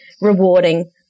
rewarding